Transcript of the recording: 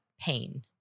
pain